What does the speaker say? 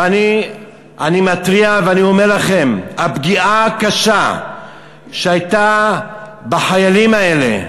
אני מתריע ואני אומר לכם: הפגיעה הקשה שהייתה בחיילים האלה,